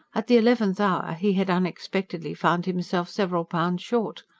at the eleventh hour he had unexpectedly found himself several pounds short.